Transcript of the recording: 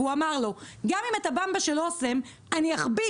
והוא אמר לו: גם אם את הבמבה של אסם אני אחביא